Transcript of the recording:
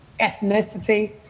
ethnicity